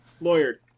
Lawyer